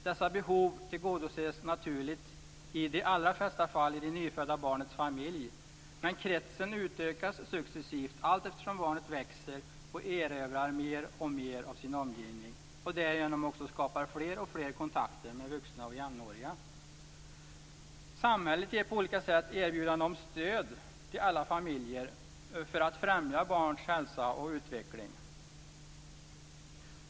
Dessa behov tillgodoses naturligt i de allra flesta fall i det nyfödda barnets familj, men kretsen utökas successivt allteftersom barnet växer och erövrar mer och mer av sin omgivning och därigenom också skapar fler och fler kontakter med vuxna och jämnåriga. Samhället ger på olika sätt erbjudanden om stöd till alla familjer för att främja barnens hälsa och utveckling.